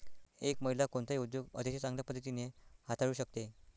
एक महिला कोणताही उद्योग अतिशय चांगल्या पद्धतीने हाताळू शकते